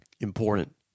important